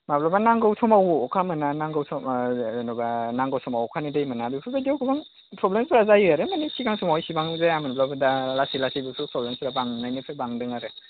माब्लाबा नांगौ समाव अखा मोना नांगौ सम जेनेबा नांगौ समाव अखानि दै मोना बेफोरबायदियाव गोबां प्रब्लेम जाजायो आरो माने सिगां समाव एसेबां जायामोनब्लाबो दा लासै लासै बेफोर प्रब्लेमफोरा बांनायनिफ्राय बांदों आरो